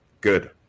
good